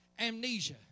amnesia